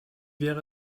wäre